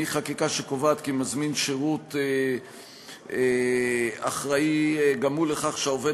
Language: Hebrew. מחקיקה שקובעת כי מזמין שירות אחראי גם הוא לכך שהעובד